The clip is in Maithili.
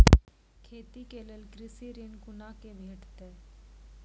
खेती के लेल कृषि ऋण कुना के भेंटते?